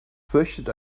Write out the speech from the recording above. fürchtet